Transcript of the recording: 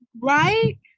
right